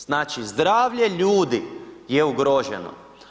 Znači zdravlje ljudi je ugroženo.